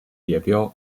列表